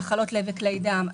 מחלות לב וכלי דם,